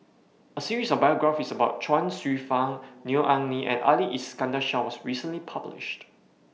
A series of biographies about Chuang Hsueh Fang Neo Anngee and Ali Iskandar Shah was recently published